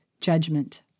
judgment